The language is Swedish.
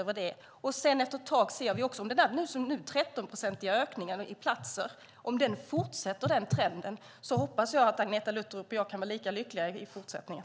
Efter ett tag kommer vi att se om denna trend - den 13-procentiga ökningen av platser - fortsätter. I så fall hoppas jag att Agneta Luttropp och jag kan vara lika lyckliga i fortsättningen.